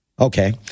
okay